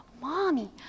Mommy